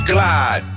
Glide